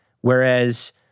Whereas